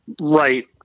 right